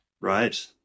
Right